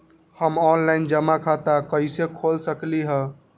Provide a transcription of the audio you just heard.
हम ऑनलाइन जमा खाता कईसे खोल सकली ह?